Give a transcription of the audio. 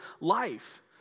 life